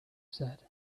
said